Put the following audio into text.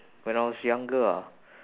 when I was younger ah